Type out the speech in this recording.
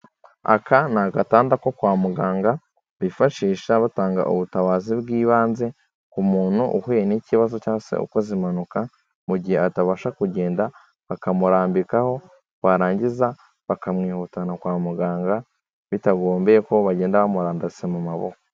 Aka ni agatanda ko kwa muganga bifashisha batanga ubutabazi bw'ibanze, ku muntu uhuye n'ikibazo cyangwa se ukoze impanuka, mu gihe atabasha kugenda, bakamurambikaho barangiza bakamwihutana kwa muganga, bitagombeye ko bagenda bamurandase mu maboko.